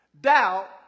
Doubt